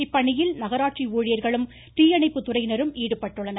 இப்பணியில் நகராட்சி ஊழியர்களும் தீயணைப்பு துறையினரும் ஈடுபட்டுள்ளனர்